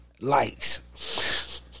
likes